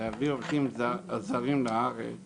להביא עובדים זרים לארץ